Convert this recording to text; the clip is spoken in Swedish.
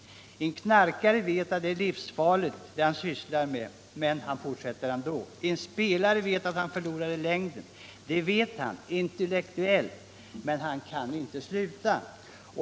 En knarkare vet att det han sysslar med är livsfarligt, men han fortsätter ändå. En spelare vet att han förlorar i längden; det vet han intellektuellt, men han kan inte sluta.